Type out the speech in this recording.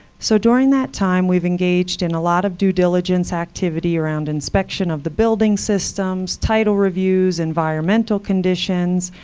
so during that time, we've engaged in a lot of due diligence activity around inspection of the building systems, title reviews, environmental conditions,